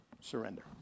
Surrender